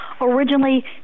originally